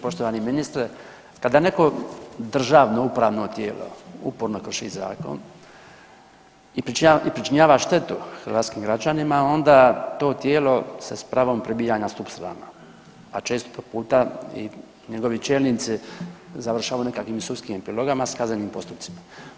Poštovani ministre kada neko državno, upravno tijelo uporno krši zakon i pričinjava štetu hrvatskim građanima onda to tijelo se s pravom pribija na stup srama, a često puta i njegovi čelnici završavaju u nekakvim sudskim epilogama s kaznenim postupcima.